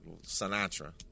Sinatra